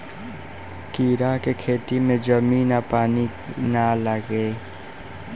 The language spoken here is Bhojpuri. कीड़ा के खेती में जमीन आ पानी ना लागे